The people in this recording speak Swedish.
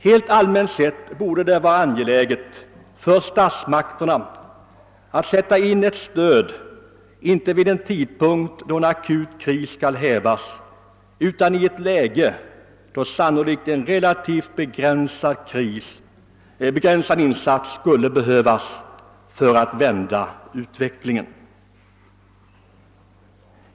Rent allmänt sett borde det vara angeläget för statsmakterna att sätta in ett stöd inte bara vid den tidpunkt då en akut kris skall hävas utan också i ett läge då en relativt begränsad insats sannolikt skulle vara tillräcklig för att vända utvecklingen.